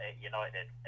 United